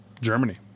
Germany